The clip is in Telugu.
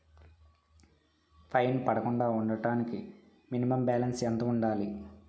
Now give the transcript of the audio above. ఫైన్ పడకుండా ఉండటానికి మినిమం బాలన్స్ ఎంత ఉండాలి?